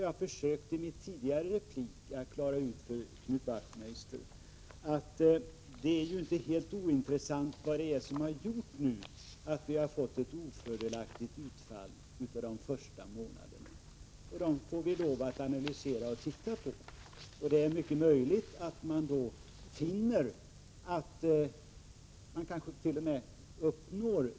Jag försökte i min tidigare replik att förklara för Knut Wachtmeister att orsakerna till det ofördelaktiga utfallet i bytesbalansen under årets första månader inte är helt ointressant. Vi får lov att studera och analysera dessa orsaker. Det är mycket möjligt att vi då finner attt.o.m.